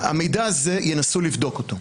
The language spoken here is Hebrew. המידע הזה, ינסו לבדוק אותו.